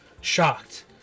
shocked